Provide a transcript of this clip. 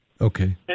Okay